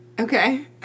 Okay